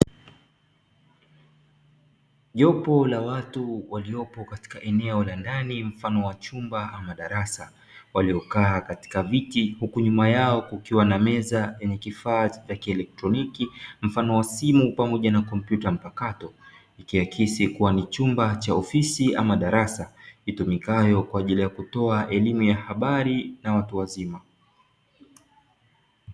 Jopo la watu waliopo katika eneo la ndani mfano wa chumba ama darasa waliokaa katika viti huku nyuma yao kukiwa na meza yenye kifaa cha kielektroniki mfano wa simu pamoja na kompyuta mpakato ikiakisi kuwa ni chumba cha ofisi ama darasa litumikalo kwa ajili ya kutoa elimu ya habari na watu wazima.